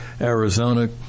Arizona